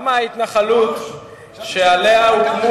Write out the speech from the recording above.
את כל השטויות האלה כתבת מראש?